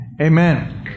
Amen